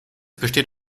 besteht